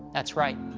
that's right.